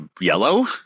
yellow